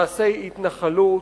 מעשי התנחלות,